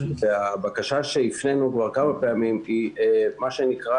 הבקשה שהפנינו כבר כמה פעמים היא להתחלק,